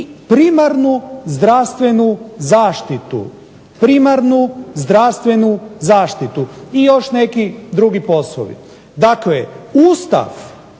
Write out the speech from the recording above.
primarnu zdravstvenu zaštitu. Primarnu zdravstvenu zaštitu i još neki drugi poslovi. Dakle, Ustav